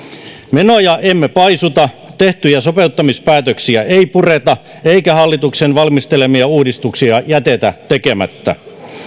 menoja emme paisuta tehtyjä sopeuttamispäätöksiä ei pureta eikä hallituksen valmistelemia uudistuksia jätetä tekemättä